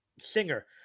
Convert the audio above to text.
Singer